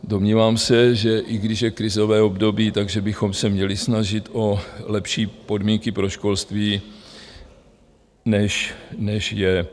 Domnívám se, že i když je krizové období, tak že bychom se měli snažit o lepší podmínky pro školství, než je.